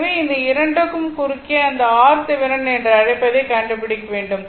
எனவே இந்த இரண்டுக்கும் குறுக்கே அந்த RThevenin என்று அழைப்பதை கண்டுபிடிக்க வேண்டும்